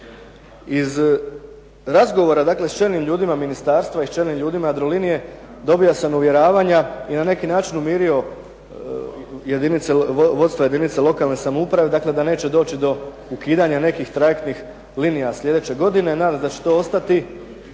Iz razgovora s čelnim ljudima ministarstva i s čelnim ljudima Jadrolinije dobio sam uvjeravanja i na neki način umirio vodstva jedinica lokalne samouprave da neće doći do ukidanja nekih trajektnih linija slijedeće godine. Nadam se da će to i ostati